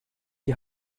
die